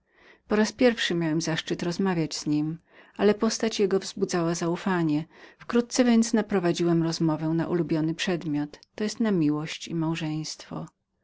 po raz pierwszy miałem zaszczyt zbliżenia się do niego ale postać jego wzniecała zaufanie wkrótce więc naprowadziłem rozmowę na ulubiony przedmiot to jest na miłość i małżeństwo